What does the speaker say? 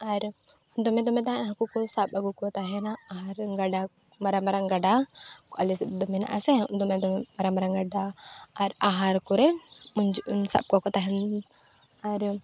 ᱟᱨ ᱫᱚᱢᱮ ᱫᱚᱢᱮ ᱫᱟᱜ ᱦᱟᱹᱠᱩ ᱠᱚ ᱥᱟᱵ ᱟᱹᱜᱩ ᱠᱚ ᱛᱟᱦᱮᱱᱟ ᱟᱨ ᱜᱟᱰᱟ ᱢᱟᱨᱟᱝ ᱢᱟᱨᱟᱝ ᱜᱟᱰᱟ ᱟᱞᱮᱥᱮᱫ ᱫᱚ ᱢᱮᱱᱟᱜᱼᱟ ᱥᱮ ᱫᱚᱢᱮ ᱢᱟᱨᱟᱝ ᱢᱟᱨᱟᱝ ᱜᱟᱰᱟ ᱟᱨ ᱟᱦᱟᱨ ᱠᱚᱨᱮ ᱥᱟᱵ ᱠᱚᱣᱟ ᱠᱚ ᱛᱟᱦᱮᱱ ᱟᱨ